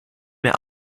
mehr